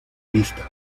lista